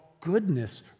goodness